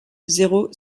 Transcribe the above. zéro